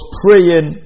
praying